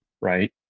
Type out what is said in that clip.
right